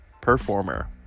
performer